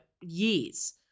years